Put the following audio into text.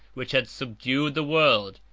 which had subdued the world,